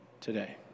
today